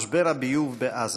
משבר הביוב בעזה.